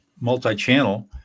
multi-channel